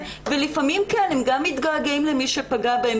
ולפעמים הם גם מתגעגעים למי שפגע בהם.